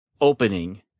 opening